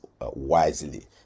wisely